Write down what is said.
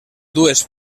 dues